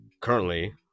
currently